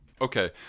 okay